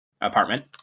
apartment